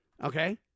Okay